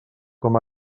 com